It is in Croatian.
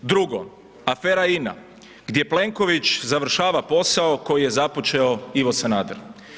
Drugo, afera INA, gdje Plenković završava posao koji je započeo Ivo Sanader.